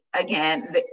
again